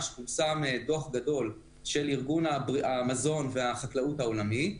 פורסם דוח גדול של ארגון המזון והחקלאות העולמי.